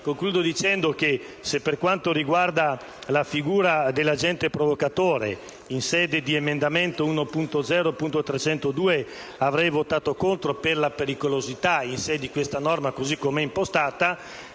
concludo dicendo che, per quanto riguarda la figura dell'agente provocatore, se in sede di emendamento 1.0.302 voterò contro per la pericolosità in sé di questa norma, per com'è impostata,